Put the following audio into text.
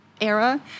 era